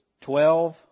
twelve